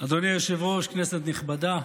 אדוני היושב-ראש, כנסת נכבדה,